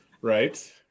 right